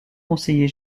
conseiller